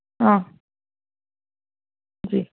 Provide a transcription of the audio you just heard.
ہاں جی